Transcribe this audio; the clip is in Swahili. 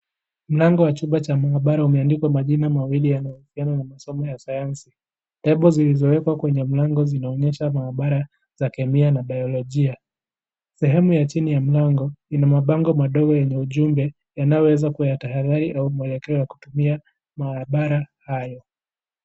Mlango wa chumba cha maabara umeandikwa majina mawili yanayohusiana na masomo ya sayansi. Lebo zilizowekwa kwenye mlango zinaonyesha maabara za kemia na biologia. Sehemu ya chini ya mlango, ina mabango madogo yenye ujumbe yanayoweza kuwa ya tahadhari au mwelekeo wa kutumia maabara hayo.